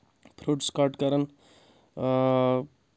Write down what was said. fruits cut کران آ